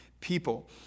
people